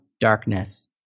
darkness